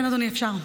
אדוני, אפשר.